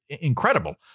incredible